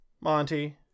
Monty